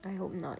I hope not